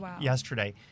yesterday